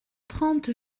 trente